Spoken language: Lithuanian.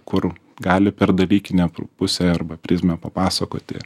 kur gali per dalykinę pusę arba prizmę papasakoti